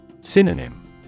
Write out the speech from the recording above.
Synonym